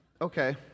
Okay